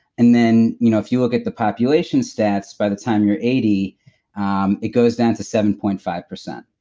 and then you know if you look at the population stats, by the time you're eighty um it goes down to seven point five zero.